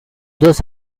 dos